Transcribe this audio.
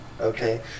okay